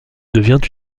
devient